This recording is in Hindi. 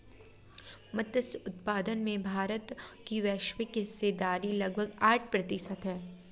मत्स्य उत्पादन में भारत की वैश्विक हिस्सेदारी लगभग आठ प्रतिशत है